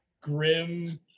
grim